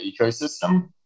ecosystem